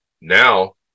Now